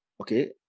Okay